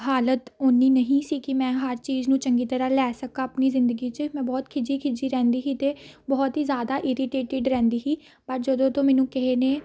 ਹਾਲਤ ਓਨੀ ਨਹੀਂ ਸੀ ਕਿ ਮੈਂ ਹਰ ਚੀਜ਼ ਨੂੰ ਚੰਗੀ ਤਰ੍ਹਾਂ ਲੈ ਸਕਾਂ ਆਪਣੀ ਜ਼ਿੰਦਗੀ 'ਚ ਮੈਂ ਬਹੁਤ ਖਿਝੀ ਖਿਝੀ ਰਹਿੰਦੀ ਸੀ ਅਤੇ ਬਹੁਤ ਹੀ ਜ਼ਿਆਦਾ ਇਰੀਟੇਟਿਡ ਰਹਿੰਦੀ ਸੀ ਪਰ ਜਦੋਂ ਤੋਂ ਮੈਨੂੰ ਕਿਸੇ ਨੇ